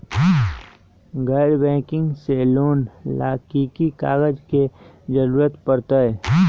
गैर बैंकिंग से लोन ला की की कागज के जरूरत पड़तै?